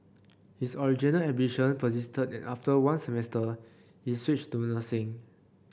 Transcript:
his original ambition persisted and after one semester he switched to nursing